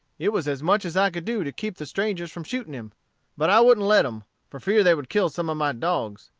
it was as much as i could do to keep the strangers from shooting him but i wouldn't let em, for fear they would kill some of my dogs.